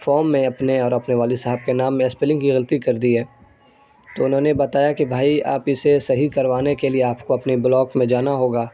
فام میں اپنے اور اپنے والد صاحب کے نام میں اسپیلنگ کی غلطی کر دی ہے تو انہوں نے بتایا کہ بھائی آپ اسے صحیح کروانے کے لیے آپ کو اپنے بلاک میں جانا ہوگا